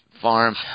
farm